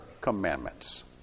commandments